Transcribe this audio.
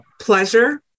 pleasure